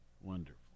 Wonderful